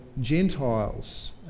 Gentiles